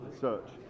Search